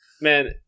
man